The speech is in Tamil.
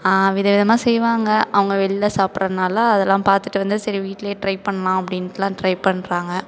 விதம் விதமாக செய்வாங்க அவங்க வெளில சாப்பிட்றதுனால அதல்லாம் பார்த்துட்டு வந்து சரி வீட்லேயே ட்ரை பண்ணலாம் அப்படின்ட்லாம் ட்ரை பண்ணுறாங்க